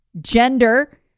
gender